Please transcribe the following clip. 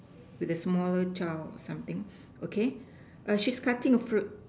with a small child something okay she's cutting a fruit